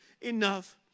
enough